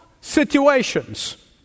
situations